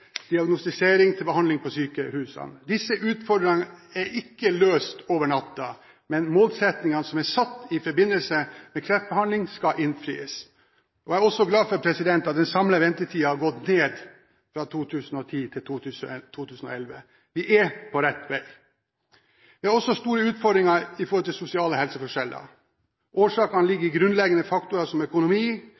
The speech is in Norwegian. diagnostisering til behandling på sykehusene. Disse utfordringene er ikke løst over natten, men målsettingene som er satt i forbindelse med kreftbehandling, skal innfris. Jeg er også glad for at den samlede ventetiden har gått ned fra 2010 til 2011. Vi er på rett vei. Vi har også store utfordringer i forhold til sosiale helseforskjeller. Årsakene ligger i grunnleggende faktorer som økonomi,